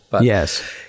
Yes